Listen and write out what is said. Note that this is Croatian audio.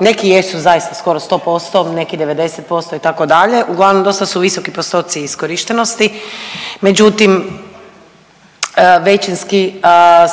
neki jesu zaista skoro 100%, neki 90%, itd., uglavnom dosta su visoki postoci iskorištenosti, međutim, većinski